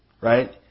right